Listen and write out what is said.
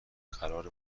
قرار